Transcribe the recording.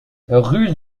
rue